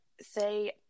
say